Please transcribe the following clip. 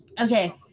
okay